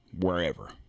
wherever